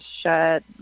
shut